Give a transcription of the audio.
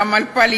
גם על פוליטיקה,